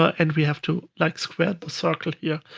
and we have to like square the circle here.